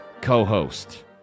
co-host